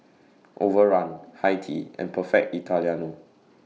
Overrun Hi Tea and Perfect Italiano